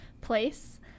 place